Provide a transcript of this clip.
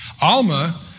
Alma